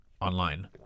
online